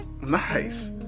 Nice